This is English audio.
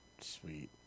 sweet